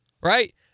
right